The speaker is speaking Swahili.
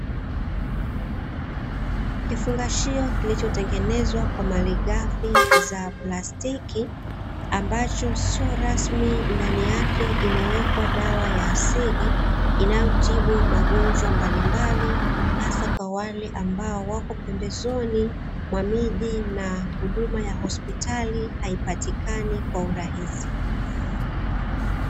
Kifungashio kilichotengenezwa kwa malighafi za plastiki ambacho siyo rasmi, ndani yake imewekwa dawa ya asili, inayotibu magonjwa mbalimbali hasa kwa wale ambao wako pembezoni mwa miji na huduma ya hospitali haipatikani kwa urahisi.